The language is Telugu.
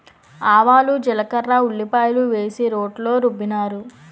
ఆవాలు జీలకర్ర ఉల్లిపాయలు వేసి రోట్లో రుబ్బినారు